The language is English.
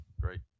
Great